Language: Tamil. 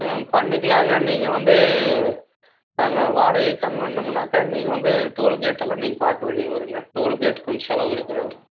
ம் பண்ணிக்கலாங்க நீங்கள் வந்து நாங்கள் வாடகை கம்மி பண்ணும்னாக்க நீங்கள் வந்து டோல் கேட்டல்லாம் நீங்கள் பார்க்க வேண்டியது வருங்க டோல் கேட் கொஞ்சம் செலவு இருக்குங்க